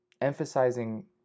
emphasizing